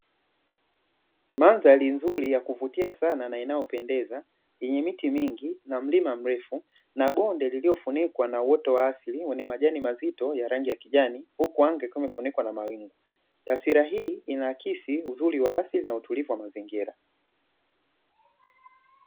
Mandhari nzuri na ya kuvutia sana na inayopendeza yenye miti mingi na mlima mrefu na bonde liliofunikwa na uoto wa asili wenye majani mazito ya rangi ya kijani, huku anga ikiwa imefunikwa na mawingu. Taswira hii inaakisi uzuri wa asili na utulivu wa mazingira.